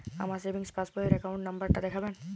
আমার savings passbook র account number টা দেখাবেন?